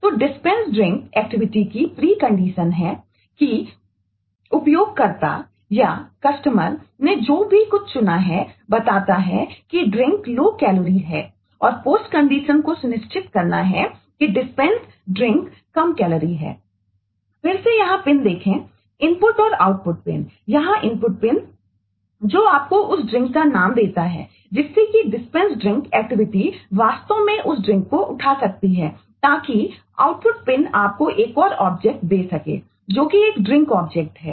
तो डिस्पेंस है